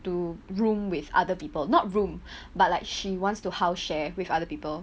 to room with other people not room but like she wants to house share with other people